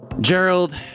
Gerald